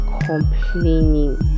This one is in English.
complaining